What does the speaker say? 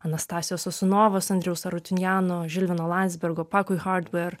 anastazijos sosunovos andriaus arutinjano žilvino landzbergo pako hadver